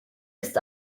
ist